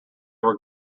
were